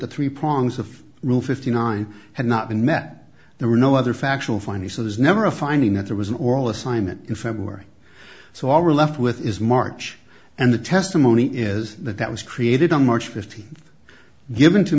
rule fifty nine had not been met there were no other factual findings so there's never a finding that there was an oral assignment in february so all we're left with is march and the testimony is that that was created on march fifteenth given to